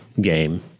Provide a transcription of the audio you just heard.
game